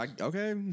Okay